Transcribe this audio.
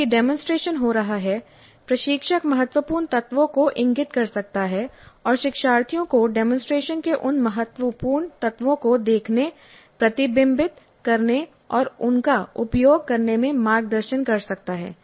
जबकि डेमोंसट्रेशन हो रहा है प्रशिक्षक महत्वपूर्ण तत्वों को इंगित कर सकता है और शिक्षार्थियों को डेमोंसट्रेशन के उन महत्वपूर्ण तत्वों को देखने प्रतिबिंबित करने और उनका उपयोग करने में मार्गदर्शन कर सकता है